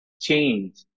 change